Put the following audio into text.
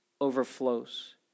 overflows